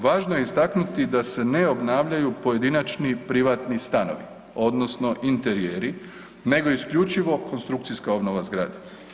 Važno je istaknuti da se ne obnavljaju pojedinačni privatni stanovi, odnosno interijeri, nego isključivo konstrukcijska obnova zgrada.